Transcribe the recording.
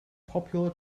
popular